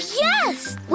yes